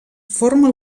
forma